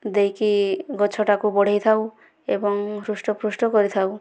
ଦେଇକି ଗଛଟାକୁ ବଢ଼େଇଥାଉ ଏବଂ ହୃଷ୍ଟପୃଷ୍ଟ କରିଥାଉ